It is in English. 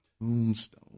Tombstone